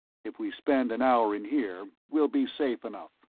if we spend an hour in here, we'll be safe enough.